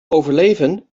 overleven